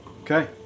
Okay